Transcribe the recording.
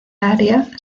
área